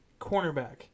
cornerback